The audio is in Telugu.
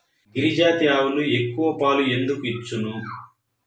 గిరిజాతి ఆవులు ఎక్కువ పాలు ఎందుకు ఇచ్చును?